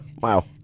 Wow